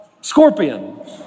scorpion